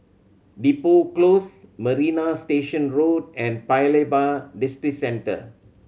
Depot Close Marina Station Road and Paya Lebar Districentre